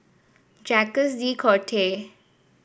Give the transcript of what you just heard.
Jacques De Coutre